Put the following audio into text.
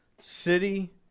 City